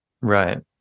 Right